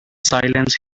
silence